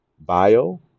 bio